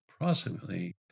approximately